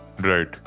right